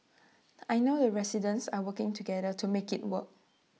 I know the residents are working together to make IT work